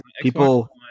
people